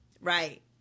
right